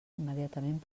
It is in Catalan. immediatament